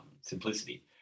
simplicity